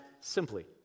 simply